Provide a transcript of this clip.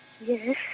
Yes